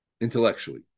intellectually